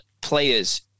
players